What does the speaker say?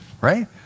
right